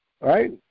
right